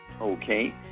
Okay